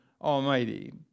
Almighty